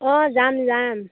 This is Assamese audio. অঁ যাম যাম